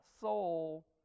soul